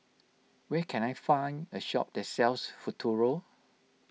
where can I find a shop that sells Futuro